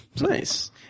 Nice